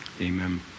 Amen